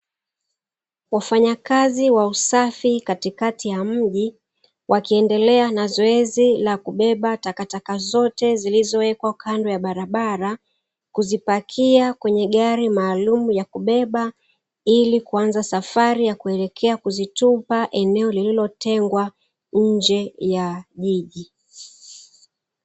Wafanyakazi wa usafi katikati ya mji wakiendelea na zoezi la kubeba takataka zote zilizowekwa kando ya barabara, kuzipakia kwenye gari maalumu ya kubeba, ili kuanza safari ya kuelekea kuzitupa eneo lililotengwa nje ya jiji.